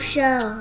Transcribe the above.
Show